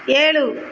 ஏழு